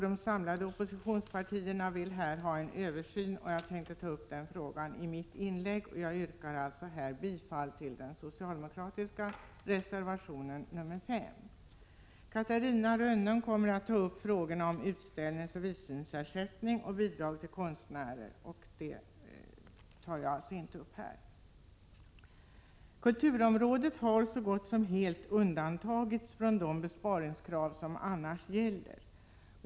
Den samlade oppositionen vill här ha en översyn, och jag skall bl.a. ta upp den frågan i mitt inlägg. Jag yrkar här bifall till den socialdemokratiska reservationen nr 5. Vidare kommer Catarina Rönnung att ta upp frågorna om utställningsersättning, visningsersättning och bidrag till konstnärer. Kulturområdet har så gott som helt undantagits från de besparingskrav som annars gäller.